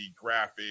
graphic